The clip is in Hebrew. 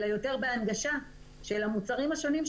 אלא יותר בהנגשה של המוצרים השונים,